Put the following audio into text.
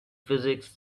physics